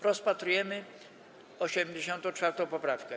Rozpatrujemy 84. poprawkę.